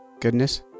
goodness